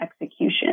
execution